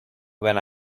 when